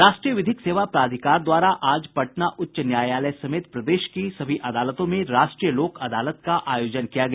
राष्ट्रीय विधिक सेवा प्राधिकार द्वारा आज पटना उच्च न्यायालय समेत प्रदेश की सभी अदालतों में राष्ट्रीय लोक अदालत का आयोजन किया गया